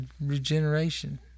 regeneration